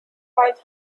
hide